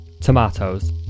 tomatoes